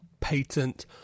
patent